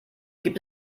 gibt